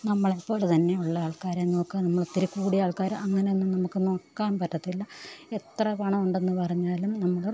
നമ്മളെപ്പോലെ തന്നെ ഉള്ള ആൾക്കാരെ നോക്കുക നമ്മളൊത്തിരി കൂടിയ ആൾക്കാർ അങ്ങനെയൊന്നും നമുക്ക് നോക്കാൻ പറ്റത്തില്ല എത്ര പണമുണ്ടെന്ന് പറഞ്ഞാലും നമ്മൾ